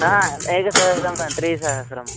न एकसहस्रं न त्रिसहस्रम्